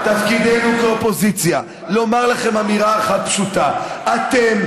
תפקידנו כאופוזיציה לומר לכם אמירה אחת פשוטה: אתם,